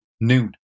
noon